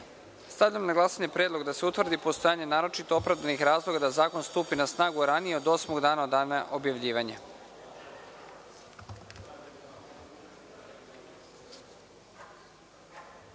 amandman. Stavljam na glasanje predlog da se utvrdi postojanje naročito opravdanih razloga da zakon stupi na snagu ranije od osmog dana od dana objavljivanja. Molim